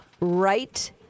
right